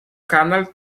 canal